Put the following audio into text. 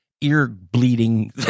ear-bleeding